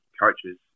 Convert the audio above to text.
coaches